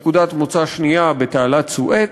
נקודת מוצא שנייה בתעלת סואץ,